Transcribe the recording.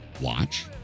watch